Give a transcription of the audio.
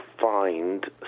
find